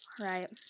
right